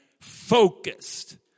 focused